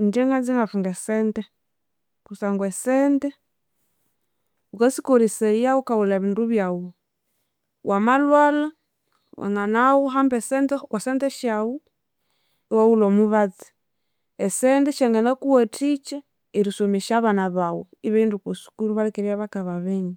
Ingye nganza ingathunga esente kusangwa esente wukasikolesaya wukaghulha ebindu byawu. Wama lwalha wanganawu iwahamba sente okwasente syawu, iwawulha omubatsi. Esente syanginakuwathikya erisomesya abana bawu ibaghenda okwasukuru balikibya bakababinga.